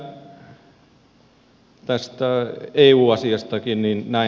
vielä tästä eu asiastakin